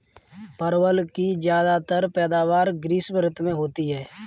परवल की ज्यादातर पैदावार ग्रीष्म ऋतु में होती है